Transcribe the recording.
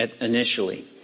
initially